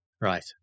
Right